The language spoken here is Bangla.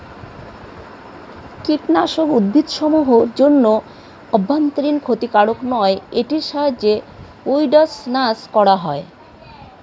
কীটনাশক উদ্ভিদসমূহ এর জন্য অভ্যন্তরীন ক্ষতিকারক নয় এটির সাহায্যে উইড্স নাস করা হয়